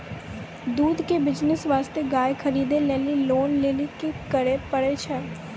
दूध के बिज़नेस वास्ते गाय खरीदे लेली लोन लेली की करे पड़ै छै?